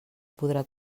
podrà